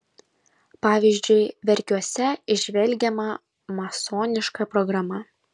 pavyzdžiui verkiuose įžvelgiama masoniška programa